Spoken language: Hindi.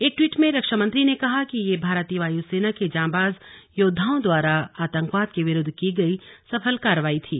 एक ट्वीट में रक्षामंत्री ने कहा कि यह भारतीय वायुसेना के जांबाज योद्धाओं द्वारा आतंकवाद के विरूद्व की गई सफल कार्रवाई थी